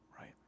right